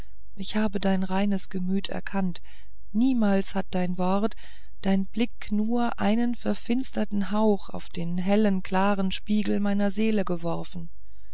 ich habe dein reines gemüt erkannt niemals hat dein wort dein blick nur einen verfinsternden hauch auf den hellen klaren spiegel meiner seele geworfen